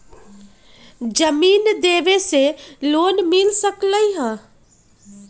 जमीन देवे से लोन मिल सकलइ ह?